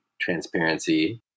transparency